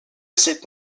site